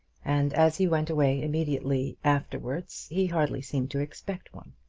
and as he went away immediately afterwards he hardly seemed to expect one.